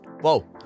Whoa